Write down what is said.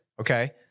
Okay